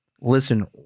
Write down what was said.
listen